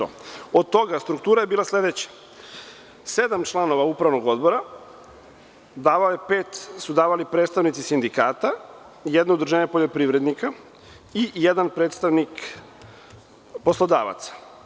Od toga, struktura je bila sledeća: sedam članova upravnog odbora su davali predstavnici sindikata, jednog udruženje poljoprivrednika i jedan predstavnik poslodavaca.